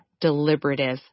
deliberative